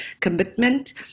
commitment